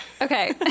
Okay